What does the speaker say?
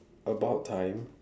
about time